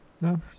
no